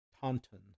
Taunton